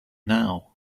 now